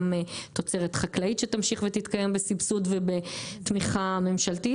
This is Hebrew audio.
גם תוצרת חקלאית שתמשיך ותתקיים בסבסוד ובתמיכה ממשלתית